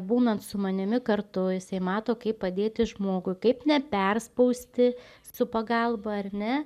būnant su manimi kartu jisai mato kaip padėti žmogui kaip neperspausti su pagalba ar ne